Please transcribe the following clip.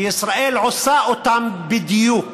שישראל עושה אותם בדיוק.